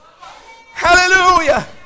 Hallelujah